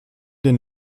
den